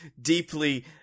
deeply